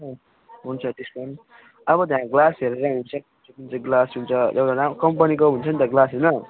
हुन्छ डिस्काउन्ट अब ग्लासहरू हुन्छ नि त ग्लास हुन्छ एउटा रा कम्पनीको हुन्छ नि त ग्लास हैन